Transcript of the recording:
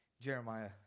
Jeremiah